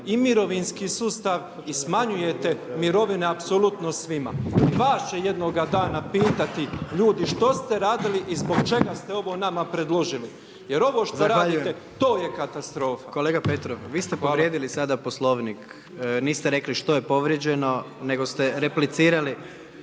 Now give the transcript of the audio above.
i mirovinski sustav i smanjujete mirovine apsolutno svima. Vas će jednoga dana pitati ljudi što ste radili i zbog čega ste ovo nama predložili jer ovo što radite, to je katastrofa. **Jandroković, Gordan (HDZ)** Zahvaljujem. Kolega Petrov, vi ste povrijedili sada Poslovnik, niste rekli što je povrijeđeno, nego ste replicirali